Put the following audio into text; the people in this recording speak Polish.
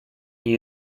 nie